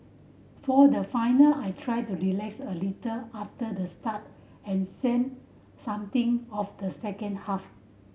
for the final I tried to relax a little after the start and same something of the second half